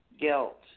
guilt